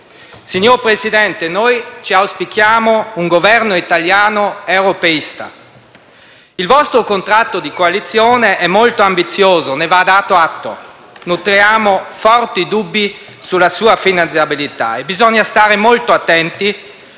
Signor Presidente, noi ci auspichiamo un Governo italiano europeista. Il vostro contratto di coalizione è molto ambizioso, ne va dato atto. Nutriamo forti dubbi sulla sua finanziabilità e bisogna stare molto attenti